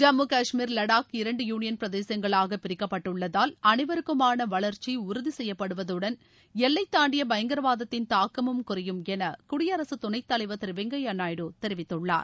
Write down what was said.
ஜம்மு காஷ்மீர் லடாக் இரண்டு யூனியன் பிரதேசங்களாக பிரிக்கப்பட்டுள்ளதால் அனைவருக்குமான வளர்ச்சி உறுதி செய்யப்படுவதுடன் எல்லைத் தாண்டிய பயங்கரவாதத்தின் தாக்கமும் குறையுமென குடியரசுத் துணைத் தலைவர் திரு வெங்கையா நாயுடு தெரிவித்துள்ளார்